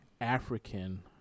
African